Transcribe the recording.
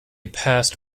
past